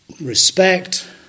respect